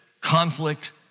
conflict